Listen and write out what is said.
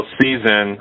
season